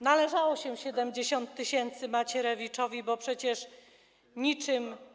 Należało się 70 tys. Macierewiczowi, bo przecież niczym.